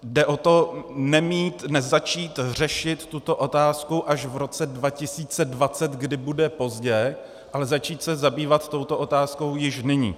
Jde o to nezačít řešit tuto otázku až v roce 2020, kdy bude pozdě, ale začít se zabývat touto otázkou již nyní.